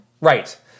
Right